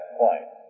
point